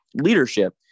leadership